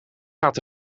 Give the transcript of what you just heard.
gaat